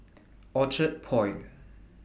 Orchard Point